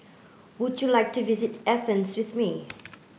would you like to visit Athens with me